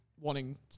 wanting